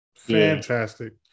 Fantastic